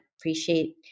appreciate